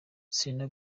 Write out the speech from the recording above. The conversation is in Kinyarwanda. selena